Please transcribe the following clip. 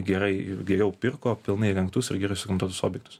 gerai geriau pirko pilnai įrengtus ir gerus suremontuotus objektus